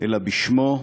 אלא בשמו: